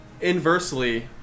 inversely